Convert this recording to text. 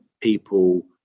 people